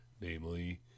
namely